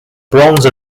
bronze